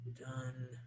done